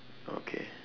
okay